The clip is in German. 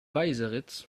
weißeritz